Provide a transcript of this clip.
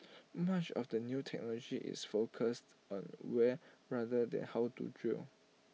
much of the new technology is focused on where rather than how to drill